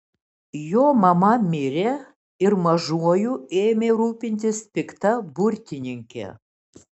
jo mama mirė ir mažuoju ėmė rūpintis pikta burtininkė